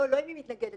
לא אם היא מתנגדת.